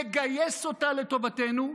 לגייס אותה לטובתנו,